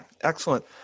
excellent